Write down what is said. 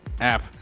app